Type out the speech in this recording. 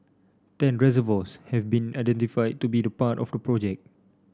ten reservoirs have been identified to be the part of the project